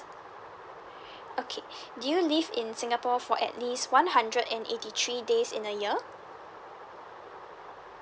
okay do you live in singapore for at least one hundred and eighty three days in a year